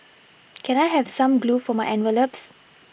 can I have some glue for my envelopes